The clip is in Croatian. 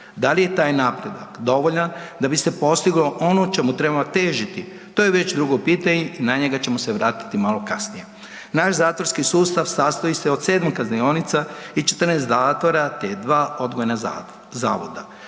Da li je taj napredak dovoljan da bi se postiglo ono čemu trebamo težiti, to je već drugo pitanje i na njega ćemo se vratiti malo kasnije. Naš zatvorski sustav sastoji se od 7 kaznionica i 14 zatvora te 2 odgojna zavoda.